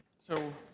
so